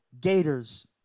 Gators